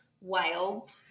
wild